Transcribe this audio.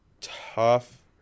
tough